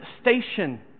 station